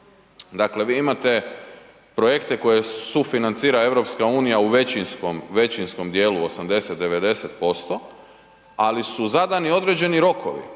Dakle, vi imate koje sufinancira EU u većinskom dijelu 80, 90% ali su zadani određeni rokovi